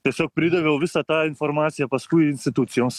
tiesiog pridaviau visą tą informaciją paskui institucijos